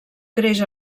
creix